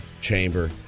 chamber